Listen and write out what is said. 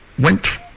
went